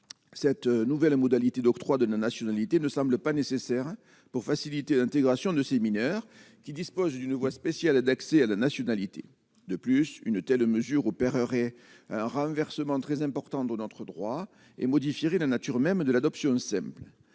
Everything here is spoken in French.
cette nouvelle modalités d'octroi de la nationalité ne semble pas nécessaire pour faciliter l'intégration de ces mineurs qui dispose d'une voie spéciale a d'accès à la nationalité, de plus, une telle mesure opérerait un renversement très importante dans notre droit et modifierait la nature même de l'adoption simple